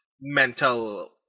mental